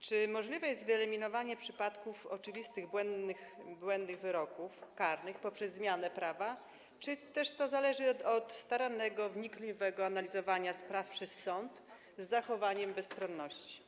Czy możliwe jest wyeliminowanie przypadków oczywistych błędnych wyroków karnych poprzez zmianę prawa, czy też to zależy od starannego, wnikliwego analizowania spraw przez sąd z zachowaniem bezstronności?